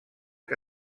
que